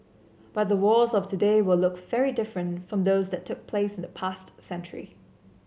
but the wars of today will look very different from those that took place in the past century